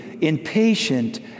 impatient